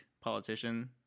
politician